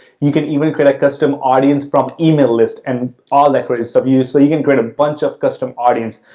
you can even create a custom audience from email list and all that great so stuff. so, you can create a bunch of custom audience.